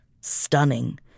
stunning